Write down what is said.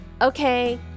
Okay